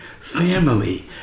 family